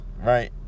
right